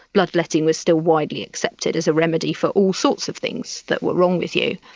bloodletting was still widely accepted as a remedy for all sorts of things that were wrong with you.